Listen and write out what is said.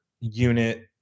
unit